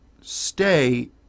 stay